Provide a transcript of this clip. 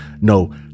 no